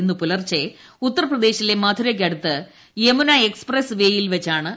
ഇന്ന് പുലർച്ചെ ഉത്തർപ്രദേശിലെ മധുരയ്ക്കടുത്ത് യമുന എക്സ്പ്രസ് വേയിൽ വച്ചാണ് അപകടം നടന്നത്